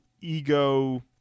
ego